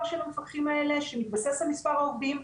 של המפקחים האלה שמתבסס על מספר העובדים?